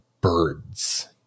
birds